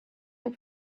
able